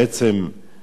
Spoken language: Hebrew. אגב,